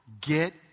get